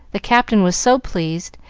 the captain was so pleased,